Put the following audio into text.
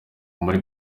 muri